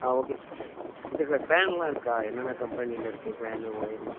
ஆ okay okay sir ஃபேன்லாம் இருக்கா என்னென்ன கம்பெனியில் இருக்குது ஃபேன்னு ஒயரிங்